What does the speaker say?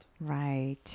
Right